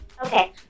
Okay